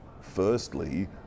firstly